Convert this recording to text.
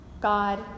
God